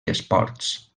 esports